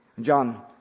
John